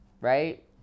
right